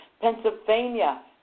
Pennsylvania